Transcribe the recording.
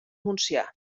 montsià